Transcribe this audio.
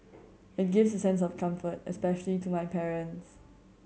it gives a sense of comfort especially to my parents